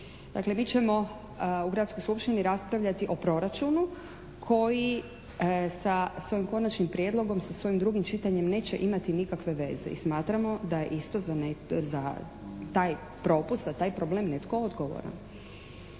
Dakle, mi ćemo u gradskoj skupštini raspravljati o proračunu koji sa svojim konačnim prijedlogom, sa svojim drugim čitanjem neće imati nikakve veze i smatramo da isto za taj propust, za taj problem netko odgovoran.